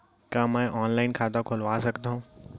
का मैं ऑनलाइन खाता खोलवा सकथव?